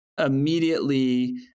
immediately